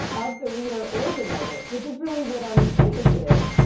of the reader or the writer which is really what i'm interested in.